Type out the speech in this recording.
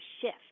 shift